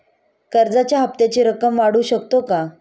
कर्जाच्या हप्त्याची रक्कम वाढवू शकतो का?